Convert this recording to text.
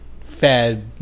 fed